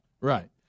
Right